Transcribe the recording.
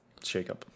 shakeup